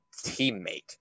teammate